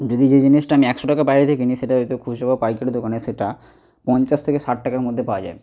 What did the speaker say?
যদি যেই জিনিসটা আমি একশো টাকায় বাইরে থেকে কিনি সেটা হয়তো খুচরো বা পাইকারি দোকানে সেটা পঞ্চাশ থেকে ষাট টাকার মধ্যে পাওয়া যায়